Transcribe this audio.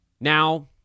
now